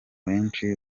benshi